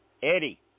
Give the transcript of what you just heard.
Eddie